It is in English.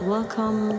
Welcome